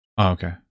Okay